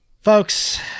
folks